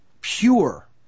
pure